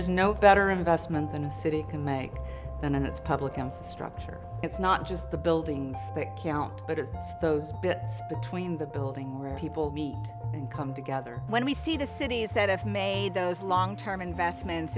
is no better investment than a city can make and it's public and structure it's not just the buildings that count but it's those bits between the buildings where people come together when we see the cities that have made those long term investments